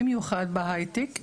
במיוחד בהיי-טק,